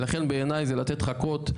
ולכן בעיניי זה לתת חכות,